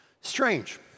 Strange